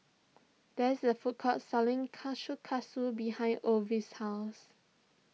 there's a food court selling Kushikatsu behind Ovid's house